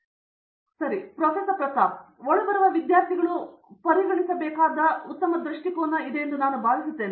ಪ್ರತಾಪ್ ಹರಿಡೋಸ್ ಒಳಬರುವ ವಿದ್ಯಾರ್ಥಿಗಳನ್ನು ಪರಿಗಣಿಸಲು ನಿಮಗೆ ಉತ್ತಮವಾದ ದೃಷ್ಟಿಕೋನವನ್ನು ನಾನು ಭಾವಿಸುತ್ತೇನೆ